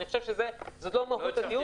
אני חושב שזו לא מהות הדיון.